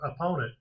opponent